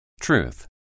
Truth